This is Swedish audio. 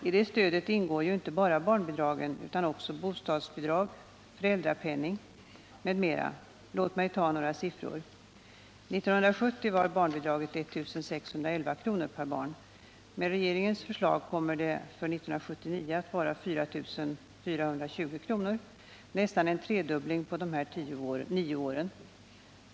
I detta stöd ingår ju inte bara barnbidragen utan också bostadsbidrag och föräldrapenning m.m. Låt mig ta några siffror. 1970 var barnbidraget 1611 kr. per barn. Med Nr 55 regeringens förslag kommer det för 1979 att vara 4 420 kr. Det är nästan en Torsdagen den tredubbling på de här nio åren.